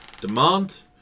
demand